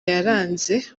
yaranze